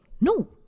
No